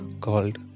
called